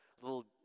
little